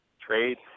trade